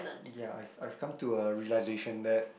ya I've I've come to a realisation that